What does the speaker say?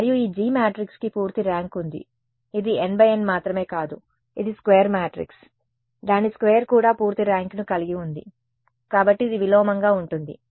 మరియు ఈ G మ్యాట్రిక్స్కి పూర్తి ర్యాంక్ ఉంది ఇది N × N మాత్రమే కాదు ఇది స్క్వేర్ మ్యాట్రిక్స్ దాని స్క్వేర్ కూడా పూర్తి ర్యాంక్ను కలిగి ఉంది కాబట్టి ఇది విలోమంగా ఉంటుంది